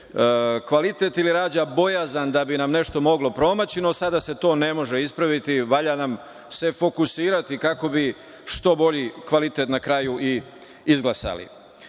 kvalitet ili rađa bojazan da bi nam nešto moglo promaći, ali sada se to ne može ispraviti. Valja nam se fokusirati, kako bi što bolji kvalitet na kraju izglasali. Svoju